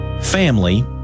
family